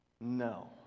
No